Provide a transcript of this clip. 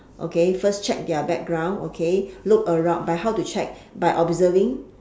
okay first check their background okay look around but how to check by observing